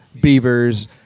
beavers